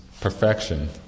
perfection